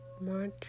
March